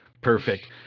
Perfect